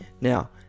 Now